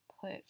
put